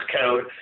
code